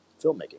filmmaking